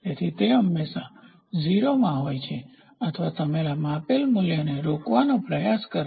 તેથી તે હંમેશા 0 માં હોય છે અથવા તમે માપેલ મૂલ્ય મૂકવાનો પ્રયાસ કરો